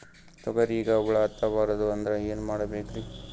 ತೊಗರಿಗ ಹುಳ ಹತ್ತಬಾರದು ಅಂದ್ರ ಏನ್ ಮಾಡಬೇಕ್ರಿ?